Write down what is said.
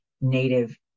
native